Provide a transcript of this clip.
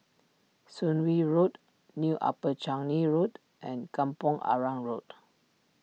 Soon Wing Road New Upper Changi Road and Kampong Arang Road